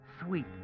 Sweet